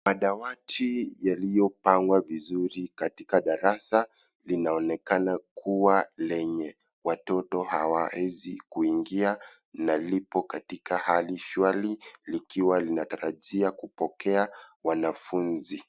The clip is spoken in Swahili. Madawati yaliyopangwa vizuri katika darasa linaonekana kuwa lenye watoto hawaezi kuingia na lipo katika hali shwari likiwa linatarajia kupokea wanafunzi.